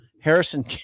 Harrison